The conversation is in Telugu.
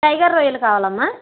టైగర్ రొయ్యలు కావాలమ్మా